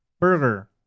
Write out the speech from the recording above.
Burger